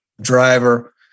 driver